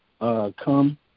come